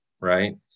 right